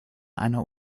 einer